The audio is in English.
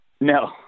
No